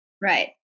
Right